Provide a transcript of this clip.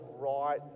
right